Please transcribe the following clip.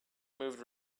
moved